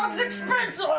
um is expensi